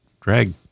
drag